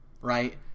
Right